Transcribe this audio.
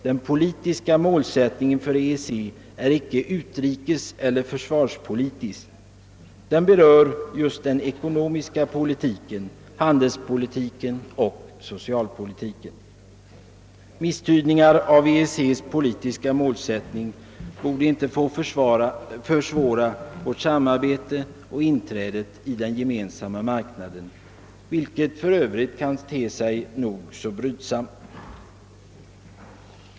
Den politiska målsättningen för EEC är icke utrikeseller försvarspolitisk; den berör den ekonomiska politiken, handelspolitiken och socialpolitiken. Misstydningar av EEC:s politiska målsättning borde inte få försvåra samarbetet och inträdet i den gemensamma marknaden, vilket för övrigt kan te sig nog så brydsamt.